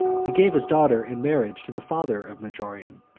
he gave his daughter in marriage to the father of majorian,